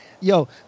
yo